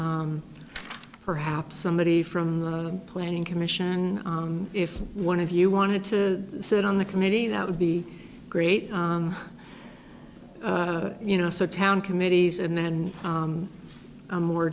e perhaps somebody from the planning commission if one of you wanted to sit on the committee that would be great you know so town committees and then a more